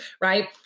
right